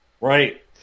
Right